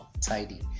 Tidy